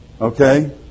Okay